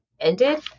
ended